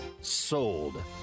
Sold